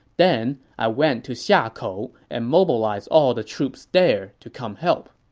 then i went to xiakou and mobilized all the troops there to come help.